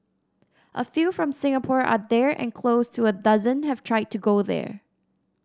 a few from Singapore are there and close to a dozen have tried to go there